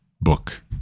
book